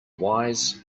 wise